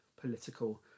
political